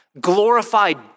Glorified